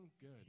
good